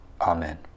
Amen